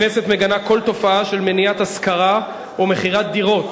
הכנסת מגנה כל תופעה של מניעת השכרה או מכירת דירות,